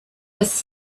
was